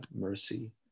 mercy